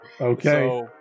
Okay